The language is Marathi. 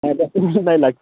ना जास्त नाही लागते